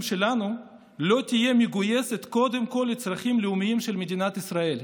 שלנו לא תהיה מגויסת קודם כול לצרכים הלאומיים של מדינת ישראל.